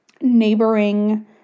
neighboring